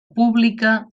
pública